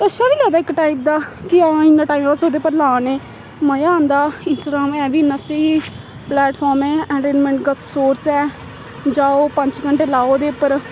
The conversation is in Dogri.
अच्छा बी लगदा इक टाइप दा कि हां इन्ना टाइम अस ओह्दे पर ला ने मज़ा आंदा इंस्टाग्राम ऐ बी इन्ना स्हेई प्लैटफार्म ऐ एंटरटेनमैंट सोर्स ऐ जाओ पंज छे घैंटे लाओ ओह्दे उप्पर